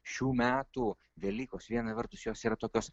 šių metų velykos viena vertus jos yra tokios